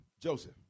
Joseph